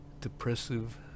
depressive